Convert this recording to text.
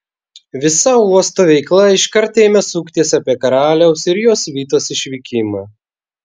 visa uosto veikla iškart ėmė suktis apie karaliaus ir jo svitos išvykimą